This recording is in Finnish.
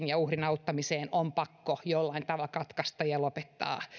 ja uhrin auttamisen kytkös on pakko jollain tavalla katkaista ja lopettaa